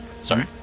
sorry